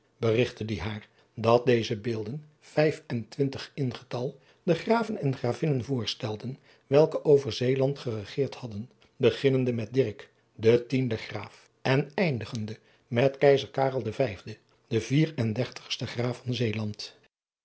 berigtte die haar dat deze beelden vijf en twintig in getal de raven en ravinnen voorstelden welke over eeland geregeerd hadden beginnende met den tienden raaf en eindigende met eizer den vier en dertigsten raaf van eeland